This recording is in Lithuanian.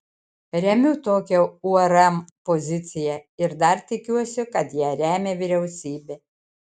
remiu tokią urm poziciją ir dar tikiuosi kad ją remia vyriausybė